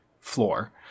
floor